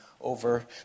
over